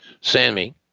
Sammy